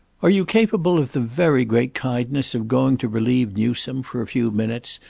are you capable of the very great kindness of going to relieve newsome, for a few minutes,